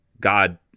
god